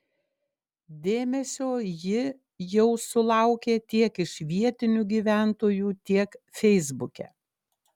dėmesio ji jau sulaukė tiek iš vietinių gyventojų tiek feisbuke